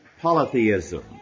polytheism